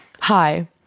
Hi